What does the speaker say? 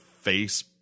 Face